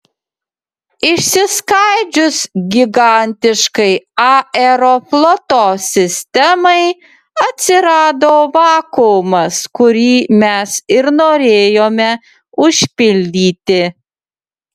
išsiskaidžius gigantiškai aerofloto sistemai atsirado vakuumas kurį mes ir norėjome užpildyti